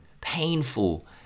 Painful